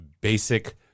basic